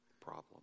problem